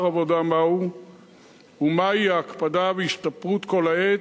עבודה מהו ומהן ההקפדה וההשתפרות כל העת,